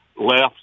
left